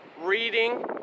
reading